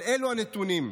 אבל אלו הנתונים.